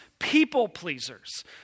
people-pleasers